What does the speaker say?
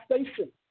station